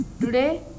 Today